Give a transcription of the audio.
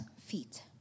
feet